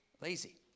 lazy